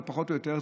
פחות או יותר,